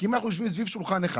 אנחנו יושבים סביב שולחן אחד